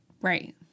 Right